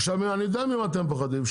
עכשיו אני יודע ממה אתם פוחדים,